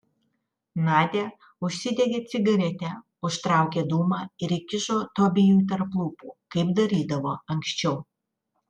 nadia užsidegė cigaretę užtraukė dūmą ir įkišo tobijui tarp lūpų kaip darydavo anksčiau